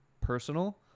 personal